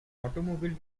automobile